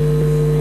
להגיד.